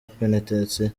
penetensiya